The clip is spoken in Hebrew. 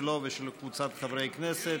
שלו ושל קבוצת חברי הכנסת.